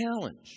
challenge